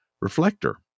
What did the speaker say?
reflector